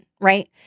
right